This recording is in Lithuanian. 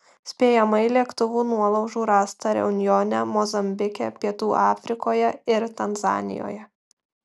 spėjamai lėktuvų nuolaužų rasta reunjone mozambike pietų afrikoje ir tanzanijoje